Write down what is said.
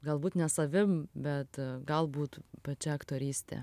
galbūt ne savim bet galbūt pačia aktoryste